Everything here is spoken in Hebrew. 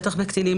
בטח בקטינים,